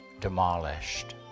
Demolished